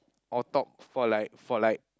or talk for like for like